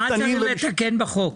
מה צריך לתקן בחוק?